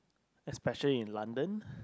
especially in London